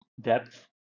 depth